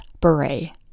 beret